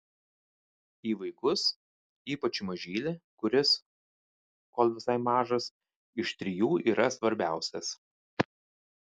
į vaikus ypač į mažylį kuris kol visai mažas iš trijų yra svarbiausias